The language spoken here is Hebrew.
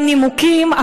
גם נימוקים.